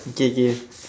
okay K